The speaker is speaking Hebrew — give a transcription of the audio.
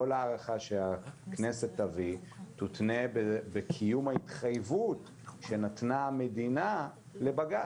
כל הארכה שהכנסת תביא תותנה בקיום ההתחייבות שנתנה המדינה לבג"ץ.